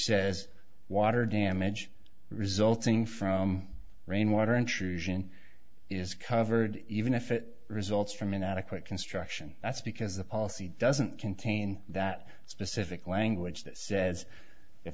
says water damage resulting from rainwater intrusion is covered even if it results from inadequate construction that's because the policy doesn't contain that specific language that says if